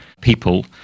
people